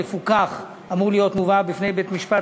המפוקח אמור להיות מובא בפני בית-משפט